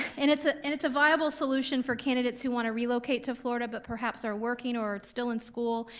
and, it's ah and it's a viable solution for candidates who wanna relocate to florida, but perhaps are working or still in school,